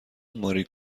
ماری